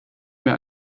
mehr